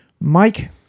Mike